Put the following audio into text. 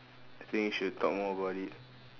I think you should talk more about it